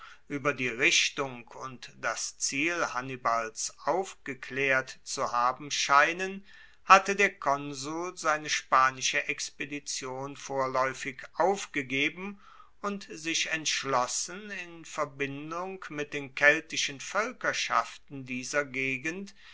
ueber die richtung und das ziel hannibals aufgeklaert zu haben scheinen hatte der konsul seine spanische expedition vorlaeufig aufgegeben und sich entschlossen in verbindung mit den keltischen voelkerschaften dieser gegend